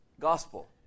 gospel